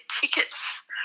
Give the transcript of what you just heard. tickets